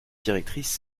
directrice